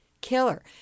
killer